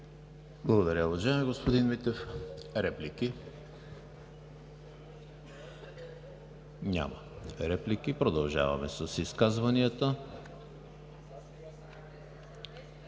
Благодаря, уважаеми господин Митев. Реплики? Няма. Продължаваме с изказванията.